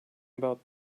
about